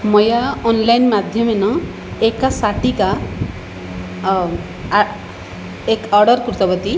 मया आन्लैन् माध्यमेन एका शाटिका अ एक् आर्डर् कृतवती